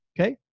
Okay